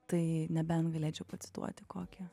tai nebent galėčiau pacituoti kokį